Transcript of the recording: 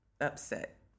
upset